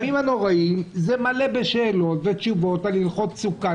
הימים הנוראיים זה מלא בשאלות ובתשובות על הלכות סוכה,